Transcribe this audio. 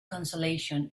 consolation